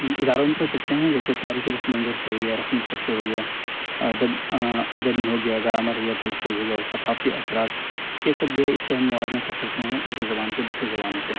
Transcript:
اداروں میں کہہ سکتے ہیں جیسے تاریخی پس منظر سے ہو گیا رسم الخط سے ہو گیا ادب ادب میں ہو گیا گرامر ہو گیا تلفظ ہو گیا ثقافتی اثرات یہ سب جو ہے اس سے ہم موازنہ کر سکتے ہیں اردو زبان کو دوسری زبانوں سے